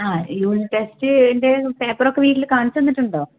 ആ യൂണിറ്റ് ടെസ്റ്റിൻ്റെ പേപ്പറൊക്കെ വീട്ടില് കാണിച്ച് തന്നിട്ടൊണ്ടോ